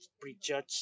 prejudge